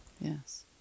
Yes